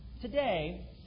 today